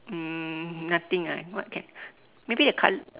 um nothing ah what can maybe the colour